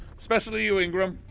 especially you, ingram.